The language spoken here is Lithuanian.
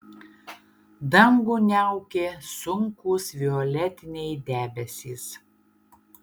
dangų niaukė sunkūs violetiniai debesys